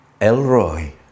Elroy